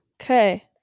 Okay